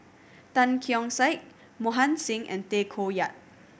Tan Keong Saik Mohan Singh and Tay Koh Yat